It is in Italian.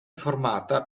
formata